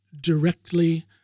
directly